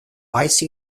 ice